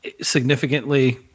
significantly